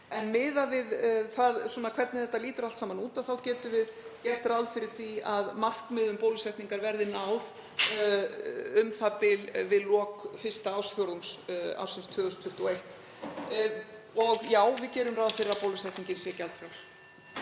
En miðað við það hvernig þetta lítur allt saman út getum við gert ráð fyrir því að markmiði um bólusetningar verði náð u.þ.b. við lok fyrsta ársfjórðungs ársins 2021. Og já, við gerum ráð fyrir að bólusetningin sé gjaldfrjáls.